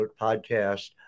podcast